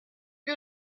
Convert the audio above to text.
que